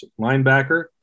Linebacker